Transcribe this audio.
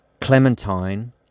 Clementine